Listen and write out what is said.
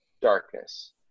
darkness